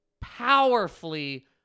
powerfully